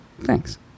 Thanks